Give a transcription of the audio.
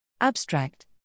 Abstract